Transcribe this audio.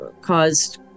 caused